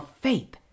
faith